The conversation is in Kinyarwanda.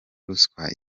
ruswa